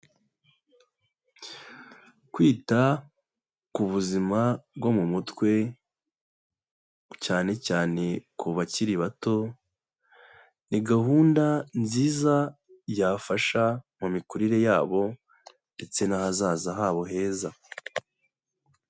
Kwita ku buzima bwo mu mutwe cyane cyane ku bakiri bato, ni gahunda nziza yafasha mu mikurire yabo ndetse n'ahazaza habo heza.